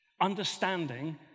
understanding